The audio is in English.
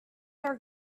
are